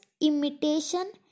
imitation